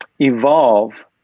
evolve